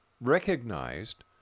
recognized